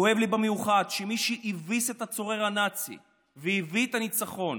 כואב לי במיוחד שמי שהביסו את הצורר הנאצי והביאו את הניצחון